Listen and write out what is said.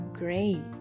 Great